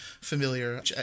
familiar